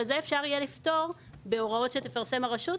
אבל את זה אפשר יהיה לפטור בהוראות שתפרסם הרשות,